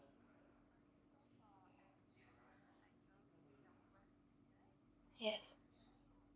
yes